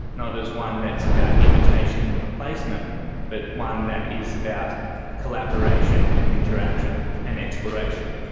not as one that's about imitation and replacement but one that is about collaboration and interaction and exploration.